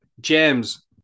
James